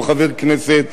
לא חבר כנסת,